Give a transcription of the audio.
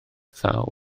thaw